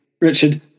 Richard